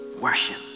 worship